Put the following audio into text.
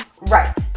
Right